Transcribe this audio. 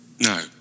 No